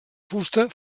fusta